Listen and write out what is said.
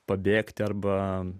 pabėgti arba